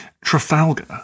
Trafalgar